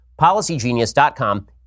policygenius.com